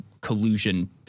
collusion